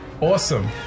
Awesome